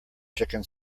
chicken